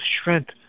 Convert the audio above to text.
strength